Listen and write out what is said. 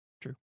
True